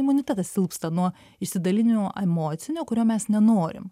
imunitetas silpsta nuo išsidalinimo emocinio kurio mes nenorim